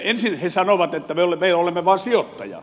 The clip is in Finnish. ensin he sanovat että me olemme vain sijoittaja